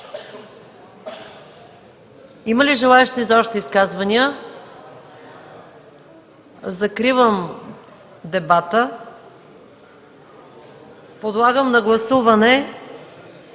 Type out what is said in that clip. Има ли желаещи за още изказвания? Няма. Закривам дебатите. Подлагам на гласуване